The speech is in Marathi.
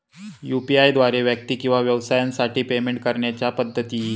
यू.पी.आय द्वारे व्यक्ती किंवा व्यवसायांसाठी पेमेंट करण्याच्या पद्धती